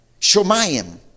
Shomayim